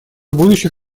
будущих